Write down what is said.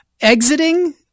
exiting